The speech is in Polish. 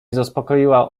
zaspokoiła